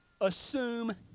assume